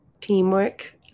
Teamwork